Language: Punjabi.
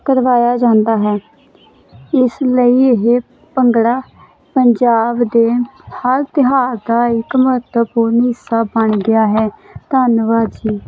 ਕਰਵਾਇਆ ਜਾਂਦਾ ਹੈ ਇਸ ਲਈ ਇਹ ਭੰਗੜਾ ਪੰਜਾਬ ਦੇ ਹਰ ਤਿਉਹਾਰ ਦਾ ਇਕ ਮਹੱਤਵਪੂਰਨ ਹਿੱਸਾ ਬਣ ਗਿਆ ਹੈ ਧੰਨਵਾਦ ਜੀ